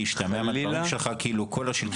כי השתמע מהדברים שלך כאילו כל השלטון